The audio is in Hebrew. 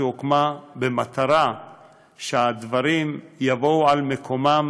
שהוקמה במטרה שהדברים יבואו על מקומם